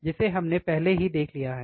जिसे हमने पहले ही देख लिया है